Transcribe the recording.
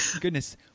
goodness